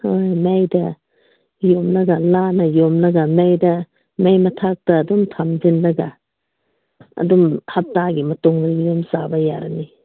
ꯍꯣꯏ ꯃꯩꯗ ꯌꯣꯝꯂꯒ ꯂꯥꯅ ꯌꯣꯝꯂꯒ ꯃꯩꯗ ꯃꯩ ꯃꯊꯛꯇ ꯑꯗꯨꯝ ꯊꯝꯖꯤꯟꯂꯒ ꯑꯗꯨꯝ ꯍꯞꯇꯥꯒꯤ ꯃꯇꯨꯡꯗꯗꯤ ꯑꯗꯨꯝ ꯆꯥꯕ ꯌꯥꯔꯅꯤ